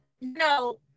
no